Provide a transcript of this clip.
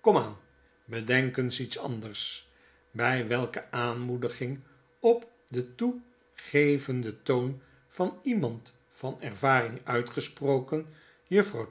kom aan bedenk eens iets anders by welke aanmoediging op den toegevenden toon van iemand van ervaring uitgesproken juffrouw